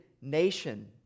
nation